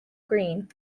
green